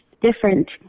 different